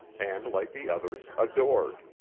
and like the others adored.